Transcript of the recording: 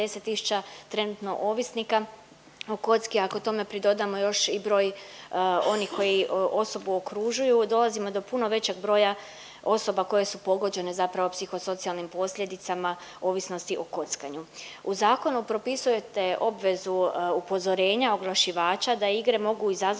U zakonu propisujete obvezu upozorenja oglašivača da igre mogu izazvati